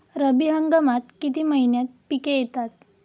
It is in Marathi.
रब्बी हंगामात किती महिन्यांत पिके येतात?